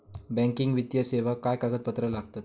Banking वित्तीय सेवाक काय कागदपत्र लागतत?